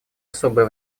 особое